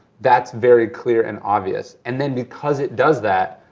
that's very clear and obvious. and then, because it does that,